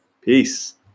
Peace